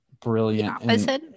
brilliant